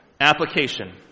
application